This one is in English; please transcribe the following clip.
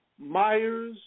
Myers